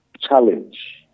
challenge